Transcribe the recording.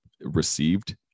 received